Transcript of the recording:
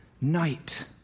night